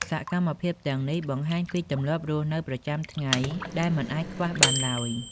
សកម្មភាពទាំងនេះបង្ហាញពីទម្លាប់រស់នៅប្រចាំថ្ងៃដែលមិនអាចខ្វះបានឡើយ។